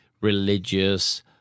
religious